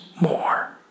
more